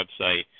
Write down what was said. website